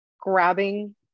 grabbing